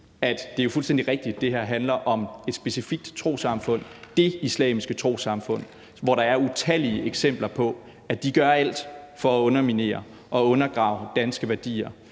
For det er jo fuldstændig rigtigt, at det her handler om et specifikt trossamfund, Det Islamiske Trossamfund, hvor der er utallige eksempler på, at de gør alt for at underminere og undergrave danske værdier.